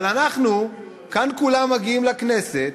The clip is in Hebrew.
אבל אנחנו, כאן כולם מגיעים לכנסת,